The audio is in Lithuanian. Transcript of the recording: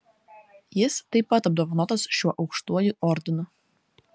jis taip pat apdovanotas šiuo aukštuoju ordinu